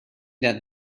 that